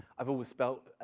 i've always spelt,